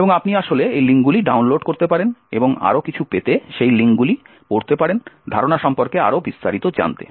এবং আপনি আসলে এই লিঙ্কগুলি ডাউনলোড করতে পারেন এবং আরও কিছু পেতে সেই লিঙ্কগুলি পড়তে পারে ধারণা সম্পর্কে আরও বিস্তারিত জানতে